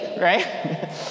right